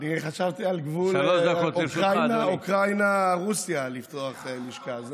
אני חשבתי על גבול אוקראינה-רוסיה לפתוח לשכה.